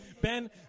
Ben